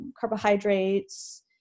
carbohydrates